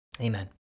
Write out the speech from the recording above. Amen